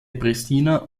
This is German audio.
pristina